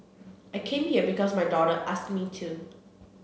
I came here because my daughter asked me to